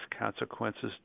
consequences